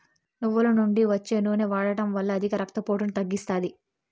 నువ్వుల నుండి వచ్చే నూనె వాడడం వల్ల అధిక రక్త పోటును తగ్గిస్తాది